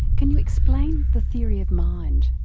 can you explain the theory of mind?